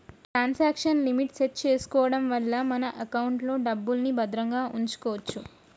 transaction limit set చేసుకోడం వల్ల మన ఎకౌంట్లో డబ్బుల్ని భద్రంగా వుంచుకోచ్చు